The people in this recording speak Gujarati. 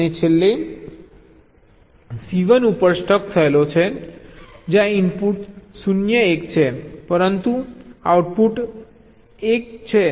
અને છેલ્લે c 1 ઉપર સ્ટક થયેલો છે જ્યાં ઇનપુટ 0 1 છે પરંતુ આઉટપુટ 1 છે